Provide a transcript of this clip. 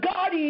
God